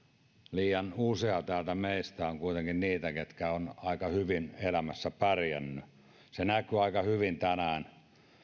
liian useat täällä meistä ovat kuitenkin niitä ketkä ovat aika hyvin elämässä pärjänneet se näkyi aika hyvin tänään